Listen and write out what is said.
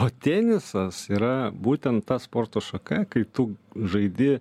o tenisas yra būtent ta sporto šaka kai tu žaidi